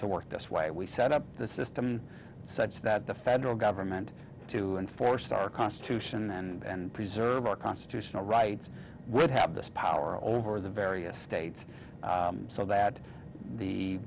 to work this way we set up the system such that the federal government to enforce our constitution and preserve our constitutional rights would have this power over the various states so that the